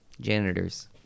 Janitors